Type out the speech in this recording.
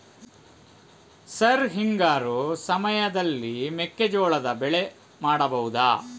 Sir ಹಿಂಗಾರು ಸಮಯದಲ್ಲಿ ಮೆಕ್ಕೆಜೋಳದ ಬೆಳೆ ಮಾಡಬಹುದಾ?